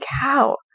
cow